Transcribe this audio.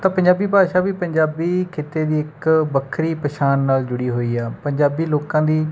ਤਾਂ ਪੰਜਾਬੀ ਭਾਸ਼ਾ ਵੀ ਪੰਜਾਬੀ ਖਿੱਤੇ ਦੀ ਇੱਕ ਵੱਖਰੀ ਪਛਾਣ ਨਾਲ ਜੁੜੀ ਹੋਈ ਆ ਪੰਜਾਬੀ ਲੋਕਾਂ ਦੀ